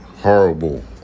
horrible